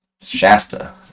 Shasta